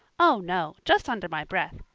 oh, no, just under my breath.